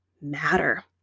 matter